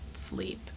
sleep